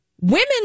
women